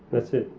that's it.